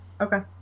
Okay